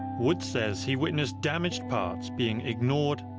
woods says he witnessed damaged parts being ignored,